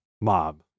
Mob